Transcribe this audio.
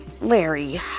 Larry